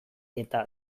eta